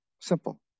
Simple